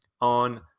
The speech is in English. on